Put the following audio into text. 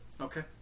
Okay